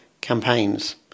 campaigns